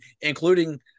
including